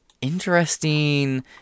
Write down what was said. Interesting